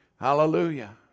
Hallelujah